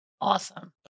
Awesome